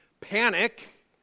panic